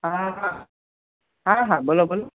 હા હા હા હા બોલો બોલો